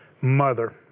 mother